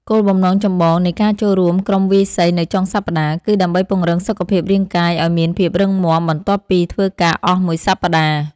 គោលបំណងចម្បងនៃការចូលរួមក្រុមវាយសីនៅចុងសប្តាហ៍ គឺដើម្បីពង្រឹងសុខភាពរាងកាយឱ្យមានភាពរឹងមាំបន្ទាប់ពីធ្វើការអស់មួយសប្តាហ៍។